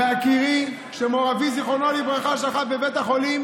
בהכירי שמור אבי, זיכרונו לברכה, שכב בבית החולים